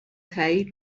تایید